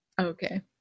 Okay